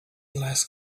last